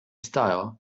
style